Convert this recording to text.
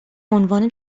عنوان